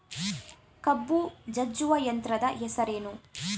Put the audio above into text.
ಕಬ್ಬು ಜಜ್ಜುವ ಯಂತ್ರದ ಹೆಸರೇನು?